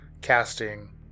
casting